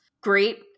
great